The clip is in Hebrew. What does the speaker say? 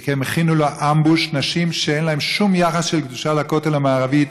כי הם הכינו לו אמבוש נשים שאין להן שום יחס של קדושה לכותל המערבי.